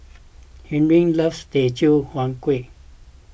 Henri loves Teochew Huat Kueh